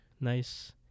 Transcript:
Nice